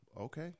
okay